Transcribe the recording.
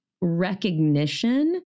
recognition